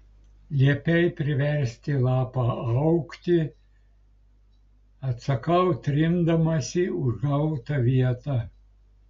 liepei priversti lapą augti atsakau trindamasi užgautą vietą